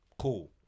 Cool